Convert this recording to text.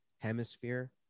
hemisphere